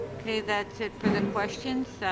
okay. that's it for the questions.